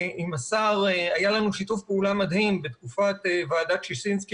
עם השר היה לנו שיתוף פעולה מדהים בתקופת ועדת ששינסקי